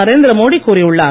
நரேந்திரமோடி கூறியுள்ளார்